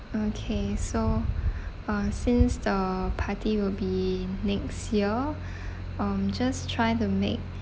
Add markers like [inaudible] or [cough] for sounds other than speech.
okay so uh since the party will be next year [breath] um just try to make